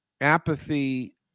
Apathy